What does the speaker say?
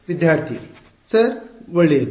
ವಿದ್ಯಾರ್ಥಿ ಸರ್ ಒಳ್ಳೆಯದು